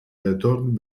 retorn